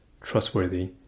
trustworthy